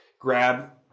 grab